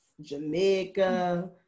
Jamaica